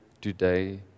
today